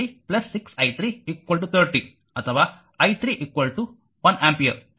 ಅಥವಾ 24i 3 6i 3 30 ಅಥವಾ i31 ampere